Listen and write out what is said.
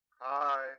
Hi